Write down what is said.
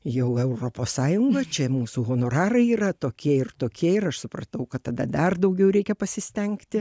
jau europos sąjunga čia mūsų honorarai yra tokie ir tokė ir aš supratau kad tada dar daugiau reikia pasistengti